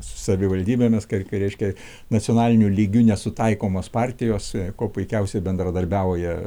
su savivaldybėmis ką reiškia nacionaliniu lygiu nesutaikomos partijos kuo puikiausiai bendradarbiauja